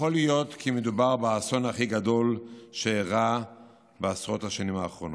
יכול להיות כי מדובר באסון הכי גדול שאירע בעשרות השנים האחרונות.